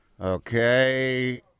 Okay